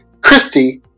Christy